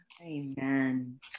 Amen